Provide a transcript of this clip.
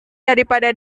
daripada